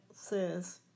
says